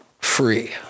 free